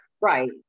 Right